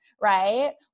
Right